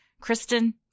Kristen